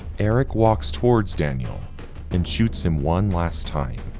eric walks towards danny um and shoots him one last time,